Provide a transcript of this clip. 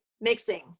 mixing